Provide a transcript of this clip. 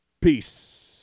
Peace